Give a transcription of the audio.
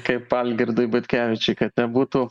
kaip algirdui butkevičiui kad nebūtų